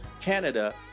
Canada